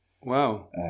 Wow